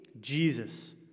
Jesus